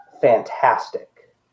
fantastic